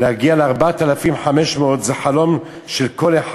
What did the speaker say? להגיע ל-4,500 זה חלום של כל אחד.